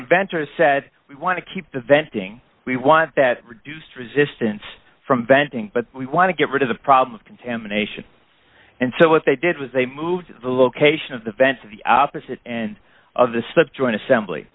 inventor said we want to keep the venting we want that reduced resistance from venting but we want to get rid of the problem of contamination and so what they did was they moved the location of the vent to the opposite end of the slip joint assembly